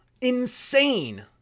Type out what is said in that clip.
insane